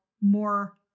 more